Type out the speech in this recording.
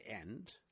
end